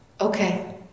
Okay